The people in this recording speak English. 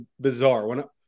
bizarre